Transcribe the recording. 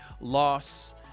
loss